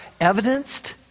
evidenced